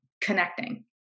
connecting